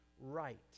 Right